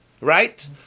right